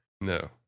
No